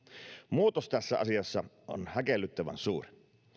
muutos tässä asiassa on häkellyttävän suuri